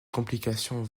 complications